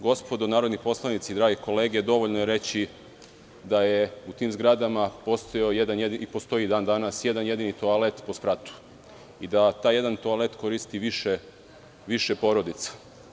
Gospodo narodni poslanici, drage kolege, dovoljno je reći da je u tim zgradama postojao i dan danas postoji jedan jedini toalet po spratu i da taj jedini toalet koristi više porodica.